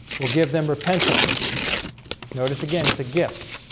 will give them repentance notice again. it's a gift